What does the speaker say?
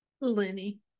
Lenny